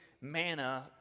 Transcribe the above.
manna